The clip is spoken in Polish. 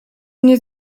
nie